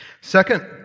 Second